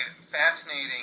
fascinating